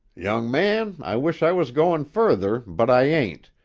young man, i wish i was goin' further, but i ain't,